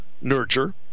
nurture